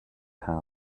house